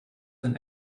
and